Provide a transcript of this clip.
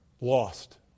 lost